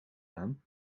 aan